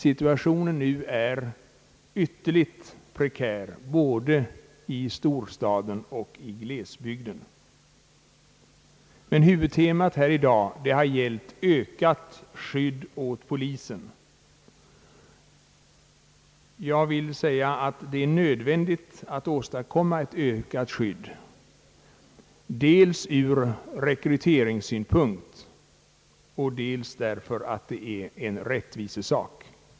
Situationen är nu ytterligt prekär både i storstaden och i glesbygden. Huvudtemat i dag har dock gällt ökat skydd åt polisen. Det är nödvändigt att åstadkomma ett ökat skydd dels ur rekryteringssynpunkt, dels av rättviseskäl.